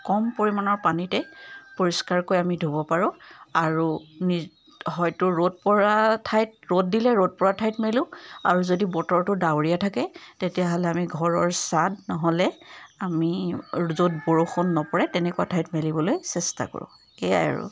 কম পাৰিমাণৰ পানীতে পৰিষ্কাৰকৈ আমি ধুব পাৰোঁ আৰু নি হয়তো ৰ'দ পৰা ঠাইত ৰ'দ দিলে ৰ'দ পৰা ঠাইত মেলোঁ আৰু যদি বতৰটো ডাৱৰীয়া থাকে তেতিয়াহ'লে আমি ঘৰৰ ছাদ নহ'লে আমি য'ত বৰষুণ নপৰে তেনেকুৱা ঠাইত মেলিবলৈ চেষ্টা কৰোঁ সেইয়াই আৰু